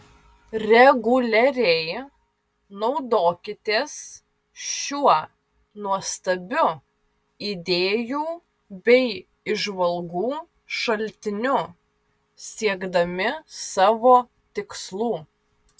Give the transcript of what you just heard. reguliariai naudokitės šiuo nuostabiu idėjų bei įžvalgų šaltiniu siekdami savo tikslų